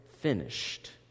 finished